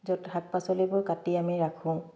য'ত শাক পাচলিবোৰ কাটি আমি ৰাখোঁ